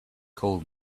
called